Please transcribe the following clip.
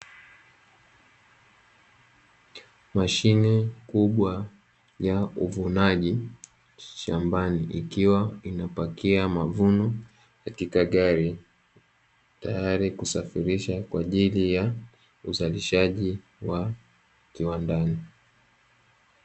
Mashine kubwa ya uvunaji shambani ikiwa inapakia mavuno katika gari, tayari kusafirisha kwa ajili ya uzalishaji wa kiwandani.